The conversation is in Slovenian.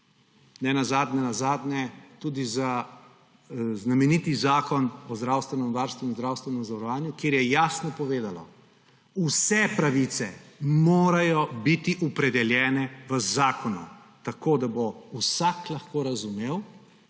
nenazadnje nazadnje tudi za znameniti Zakon o zdravstvenem varstvu in zdravstvenem zavarovanju, kjer je jasno povedalo: vse pravice morajo biti opredeljene v zakonu, tako da bo vsak lahko razumel,